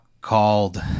called